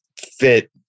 fit